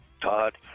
Todd